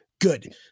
good